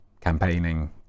campaigning